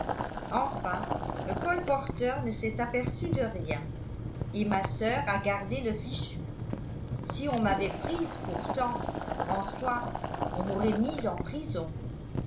enfin le colporteur ne s'est aperçu de rien et ma soeur a gardé le fichu si on m'avait prise pourtant françois on m'aurait mise en prison